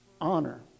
Honor